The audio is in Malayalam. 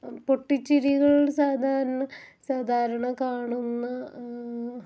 പൊട്ടിച്ചിരികൾ സാധരണ സാധാരണ കാണുന്ന